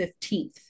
15th